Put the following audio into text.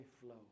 flow